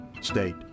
state